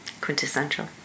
Quintessential